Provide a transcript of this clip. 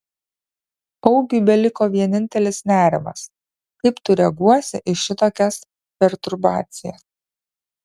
augiui beliko vienintelis nerimas kaip tu reaguosi į šitokias perturbacijas